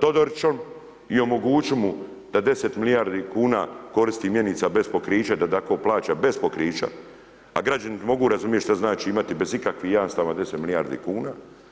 Todorićem i omogućiti mu da 10 milijardi kuna koristi mjenica bez pokrića, da tako plaća bez pokrića, a građani mogu razumijet šta znači imati bez ikakvih jamstava 10 milijardi kuna.